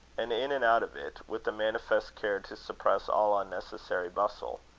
and in and out of it, with a manifest care to suppress all unnecessary bustle.